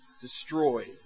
destroyed